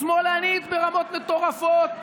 שמאלני ברמות מטורפות,